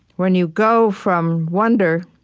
when you go from wonder